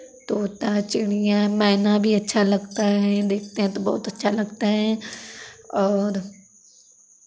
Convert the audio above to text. तोता चिड़ियाँ मैना भी अच्छा लगता है देखते हैं तो बहुत अच्छा लगते हैं और